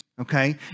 okay